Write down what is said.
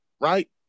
right